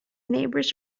neighbors